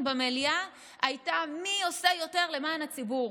במליאה הייתה מי עושה יותר למען הציבור.